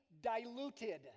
diluted